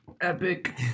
epic